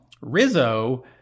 Rizzo